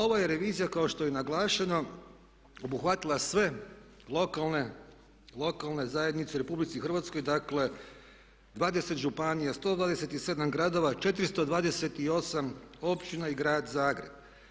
Ovo je revizija kao što je naglašeno obuhvatila sve lokalne zajednice u RH, dakle 20 županija, 127 gradova, 428 općina i grad Zagreb.